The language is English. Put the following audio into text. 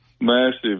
massive